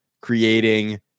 creating